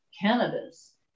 cannabis